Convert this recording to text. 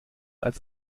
als